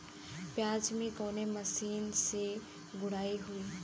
प्याज में कवने मशीन से गुड़ाई होई?